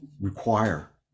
require